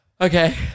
Okay